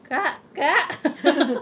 kak kak